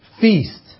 feast